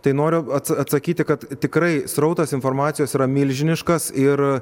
tai noriu atsakyti kad tikrai srautas informacijos yra milžiniškas ir